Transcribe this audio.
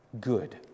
good